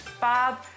Bob